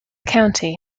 county